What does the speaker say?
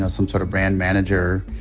ah some sort of brand manager,